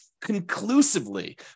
conclusively